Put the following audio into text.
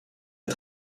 est